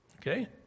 Okay